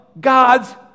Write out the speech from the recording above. God's